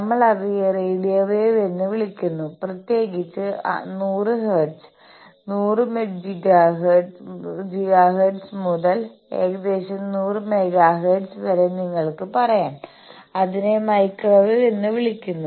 നമ്മൾ അവയെ radio waves എന്ന് വിളിക്കുന്നു പ്രത്യേകിച്ച് 100ഹെർട്സ് 100 ഗിഗാഹെർട്സ് മുതൽ ഏകദേശം 100 മെഗാഹെർട്സ് വരെ നിങ്ങൾക്ക് പറയാം അതിനെ മൈക്രോവേവ് എന്ന് വിളിക്കുന്നു